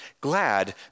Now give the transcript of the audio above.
glad